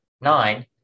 nine